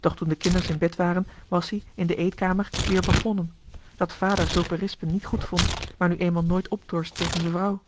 doch toen de kinders in bed waren was ie in de eetkamer weer begonnen dat vader zulk berispen niet goed vond maar nu eenmaal nooit opdorst tegen z'en vrouw